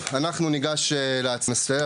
טוב, אנחנו ניגש להצבעות.